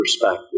perspective